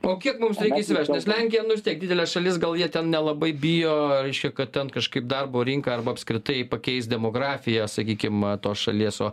o kiek mums reikia įsivežt nes lenkija nu vis tiek didelė šalis gal jie ten nelabai bijo reiškia kad ten kažkaip darbo rinka arba apskritai pakeis demografija sakykim tos šalies